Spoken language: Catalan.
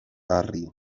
arri